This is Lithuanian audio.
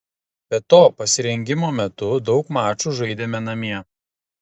be to pasirengimo metu daug mačų žaidėme namie